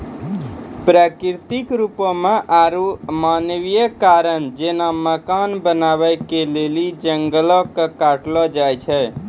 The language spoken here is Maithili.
प्राकृतिक रुपो से आरु मानवीय कारण जेना मकान बनाबै के लेली जंगलो के काटलो जाय छै